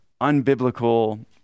unbiblical